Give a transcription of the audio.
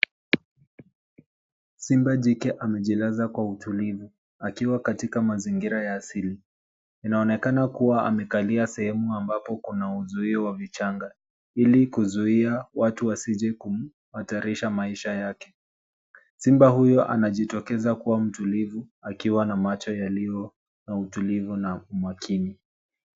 Simba jike amejilaza kwa utulivu akiwa katika mazingira ya asili. Inaonekana kuwa amekalia sehemu ambapo kuna uzuio wa vichanga ili kuzuia watu wasije kumhatarisha maisha yake. Simba huyo anajitokeza kuwa mtulivu akiwa na macho yaliyo na utulivu na umakini.